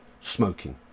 smoking